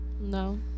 No